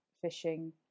fishing